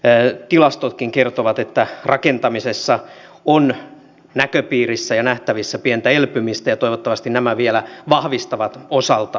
tuoreimmat tilastotkin kertovat että rakentamisessa on näköpiirissä ja nähtävissä pientä elpymistä ja toivottavasti nämä vielä vahvistavat osaltaan sitä